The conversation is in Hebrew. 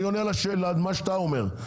אני עונה על מה שאתה אומר.